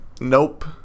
Nope